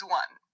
one